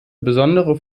besondere